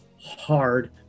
hard